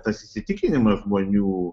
tas įsitikinimas žmonių